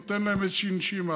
וזה נותן להם איזושהי נשימה,